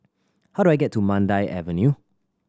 how do I get to Mandai Avenue